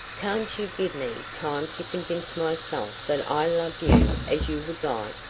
can't you give me time to convince myself that i love you as you would like,